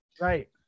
right